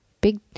big